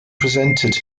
presented